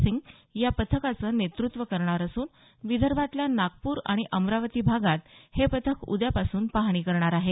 सिंग या पथकाचं नेतृत्व करणार असून विदर्भातल्या नागपूर आणि अमरावती भागात हे पथक उद्यापासून पाहणी करणार आहे